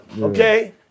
Okay